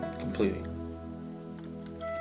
completing